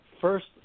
first